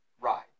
ride